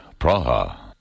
Praha